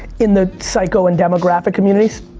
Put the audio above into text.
in the psycho and demographic communities.